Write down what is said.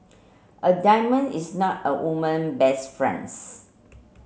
a diamond is not a woman best friends